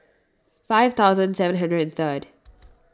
five thousand seven hundred and third